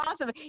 awesome